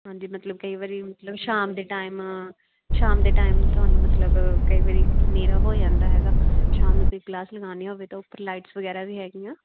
ਹਾਂਜੀ ਮਤਲਬ ਕਈ ਵਾਰੀ ਮਤਲਬ ਸ਼ਾਮ ਦੇ ਟਾਈਮ ਸ਼ਾਮ ਦੇ ਟਾਈਮ ਤੁਹਾਨੂੰ ਮਤਲਬ ਕਈ ਵਾਰੀ ਹਨੇਰਾ ਹੋ ਜਾਂਦਾ ਹੈਗਾ ਸ਼ਾਮ ਨੂੰ ਤੁਸੀਂ ਕਲਾਸ ਲਗਾਉਣੀ ਹੋਵੇ ਤਾਂ ਉੱਪਰ ਲਾਈਟਸ ਵਗੈਰਾ ਵੀ ਹੈਗੀ ਆ